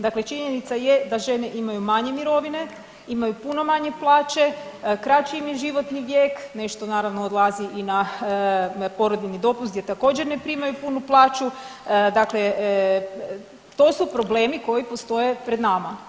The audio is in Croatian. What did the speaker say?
Dakle, činjenica je da žene imaju manje mirovine, imaju puno manje plaće, kraći im je životni vijek, nešto naravno odlazi i na porodiljni dopust gdje također, ne primaju punu plaću, dakle, to su problemi koji postoje pred nama.